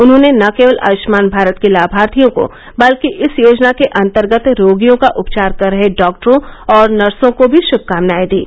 उन्होंने न केवल आयष्मान भारत के लाभार्थियों को बल्कि इस योजना के अंतर्गत रोगियों का उपचार कर रहे डॉक्टरों और नर्सों को भी श्भकामनाए दीं